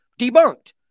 debunked